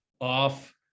off